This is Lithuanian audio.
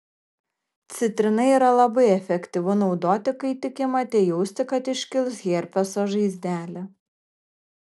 citrina yra labai efektyvu naudoti kai tik imate jausti kad iškils herpeso žaizdelė